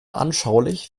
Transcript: anschaulich